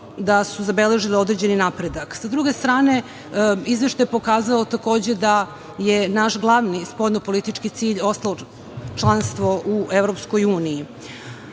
da su zabeležile određeni napredak. Sa druge strane, Izveštaj je pokazao takođe da je naš glavni spoljnopolitički cilj članstvo u EU. Ali,